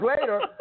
later